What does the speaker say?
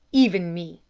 even me,